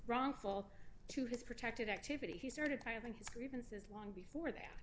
wrongful to his protected activity he started to open his grievances long before that